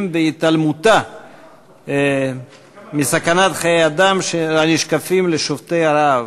והתעלמותה מהסכנה הנשקפת לחיי שובתי הרעב,